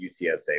UTSA